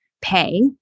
pay